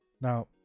Now